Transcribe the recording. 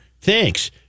thanks